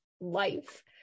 life